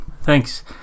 thanks